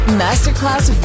masterclass